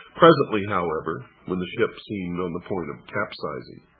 presently, however, when the ship seemed on the point of capsizing,